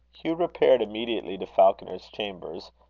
hugh repaired immediately to falconer's chambers,